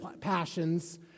passions